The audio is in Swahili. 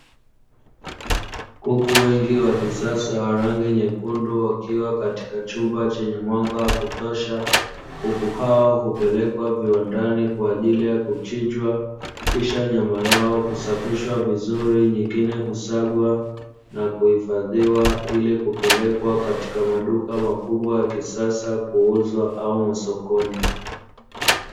Kuku wengi wa kisasa wa rangi nyekundu wakiwa katika chumba chenye mwanga wa kutosha. Kuku hao hupelekwa viwandani kwa ajili ya kuchinjwa kisha nyama yao kusafishwa vizuri nyingine husagwa na kuhifadhiwa, ili kupelekwa katika maduka makubwa ya kisasa kuuzwa au masokoni.